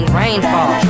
rainfall